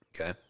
Okay